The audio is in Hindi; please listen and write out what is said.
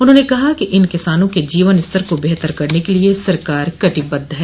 उन्होंने कहा कि इन किसानों के जीवन स्तर को बेहतर करने के लिए सरकार कटिबद्ध है